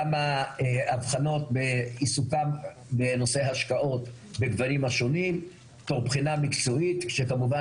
גם האבחנות בעיסוקם בנושא השקעות בגוונים השונים מבחינה מקצועית כשכמובן